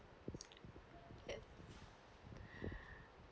that